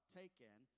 taken